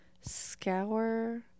scour